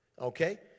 Okay